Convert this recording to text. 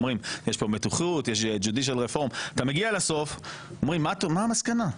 אבל כשאתה מגיע לסוף הם אומרים מה המסקנה.